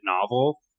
novel